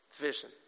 vision